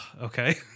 Okay